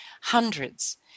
hundreds